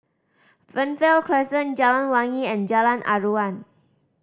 Fernvale Crescent Jalan Wangi and Jalan Aruan